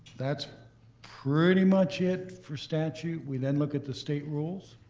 that's pretty much it for statute. we then look at the state rules.